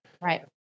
Right